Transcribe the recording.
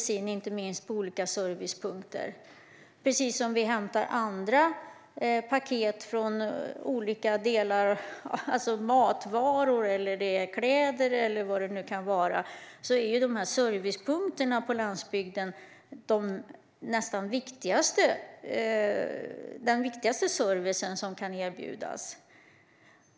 Det kan man göra inte minst hos olika servicepunkter, precis som vi hämtar paket med matvaror, kläder eller vad det nu kan vara. Servicepunkterna på landsbygden är nästan den viktigaste service som kan erbjudas.